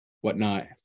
whatnot